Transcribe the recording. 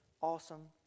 awesome